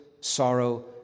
sorrow